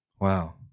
Wow